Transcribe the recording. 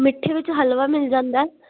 ਮਿੱਠੇ ਵਿੱਚ ਹਲਵਾ ਮਿਲ ਜਾਂਦਾ